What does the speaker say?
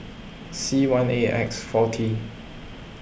C one A X four T